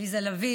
עליזה לביא,